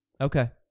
Okay